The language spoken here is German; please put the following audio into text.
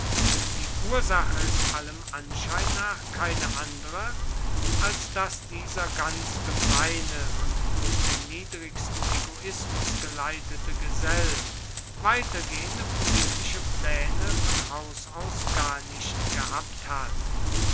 die ursache ist allem anschein nach keine andere als daß dieser ganz gemeine und durch den niedrigsten egoismus geleitete gesell weitergehende politische pläne von haus aus gar nicht gehabt hat